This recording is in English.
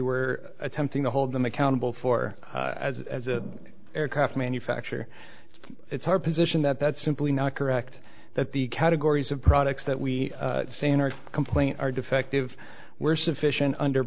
were attempting to hold them accountable for as a aircraft manufacturer it's our position that that's simply not correct that the categories of products that we say in our complaint are defective were sufficient under